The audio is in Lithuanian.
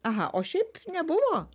aha o šiaip nebuvo